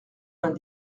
vingt